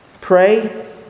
Pray